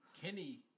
Kenny